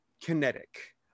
kinetic